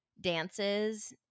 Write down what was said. dances